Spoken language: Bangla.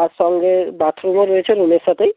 আর সঙ্গে বাথরুমও রয়েছে রুমের সাথেই